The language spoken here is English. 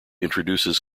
introduces